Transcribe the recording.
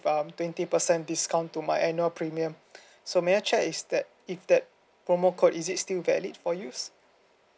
um twenty percent discount to my annual premium so may I check is that if that promo code is it still valid for use